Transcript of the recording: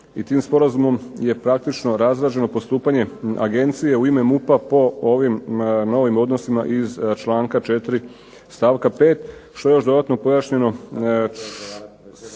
i tim sporazumom je praktično razrađeno postupanje agencije u ime MUP-a po ovim novim odnosima iz članka 4. stavka 5. što je još dodatno pojašnjeno